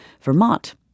Vermont